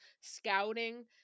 scouting